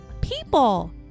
people